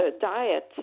diet